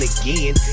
again